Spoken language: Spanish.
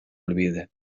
olvide